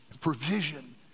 provision